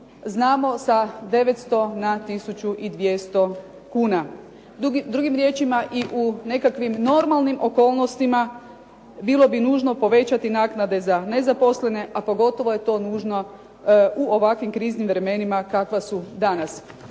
znamo sa 900 na 1200 kuna. Drugim riječima, i u nekakvim normalnim okolnostima bilo bi nužno povećati naknade za nezaposlene, a pogotovo je to nužno u ovakvim kriznim vremenima kakva su danas.